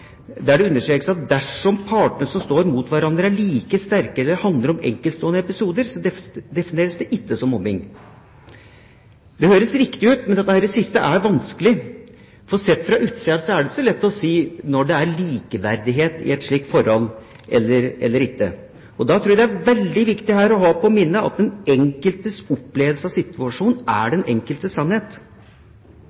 der det understrekes: «Dersom partene som står mot hverandre er like sterke eller det handler om enkeltstående episoder, defineres det ikke som mobbing.» Det høres riktig ut, men det siste er vanskelig, for sett fra utsida er det ikke så lett å vite om det er likeverdighet i et forhold eller ikke. Da tror jeg det er veldig viktig å ha i minne at den enkeltes opplevelse av situasjonen er